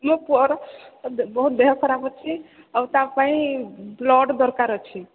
ମୋ ପୁଅର ବହୁତ ଦେହ ଖରାପ ଅଛି ଆଉ ତା ପାଇଁ ବ୍ଲଡ୍ ଦରକାର ଅଛି